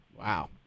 Wow